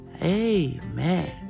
Amen